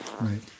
right